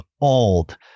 old